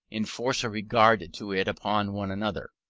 enforce a regard to it upon one another.